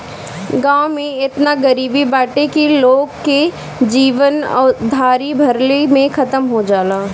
गांव में एतना गरीबी बाटे की लोग के जीवन उधारी भरले में खतम हो जाला